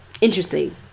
interesting